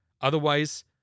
Otherwise